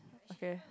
okay